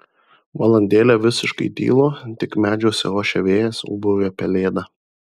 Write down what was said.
valandėlę visiškai tylu tik medžiuose ošia vėjas ūbauja pelėda